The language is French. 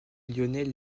lionel